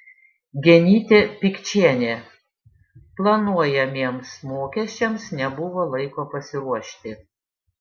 genytė pikčienė planuojamiems mokesčiams nebuvo laiko pasiruošti